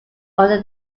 under